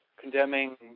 condemning